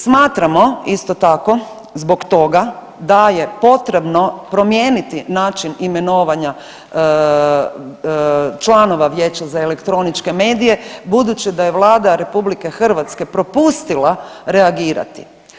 Smatramo, isto tako, zbog toga da je potrebno promijeniti način imenovanja članova Vijeća za elektroničke medije budući da je Vlada RH propustila reagirati.